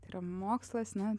tai yra mokslas na